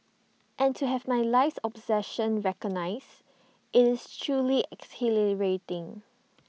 and to have my life's obsession recognised is truly exhilarating